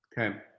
okay